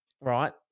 right